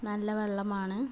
നല്ല വെള്ളമാണ്